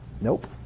Nope